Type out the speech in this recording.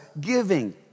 giving